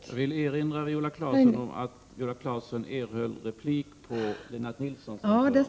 Jag vill erinra Viola Claesson om att Viola Claesson erhöll ordet för replik på Lennart Nilssons anförande.